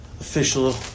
official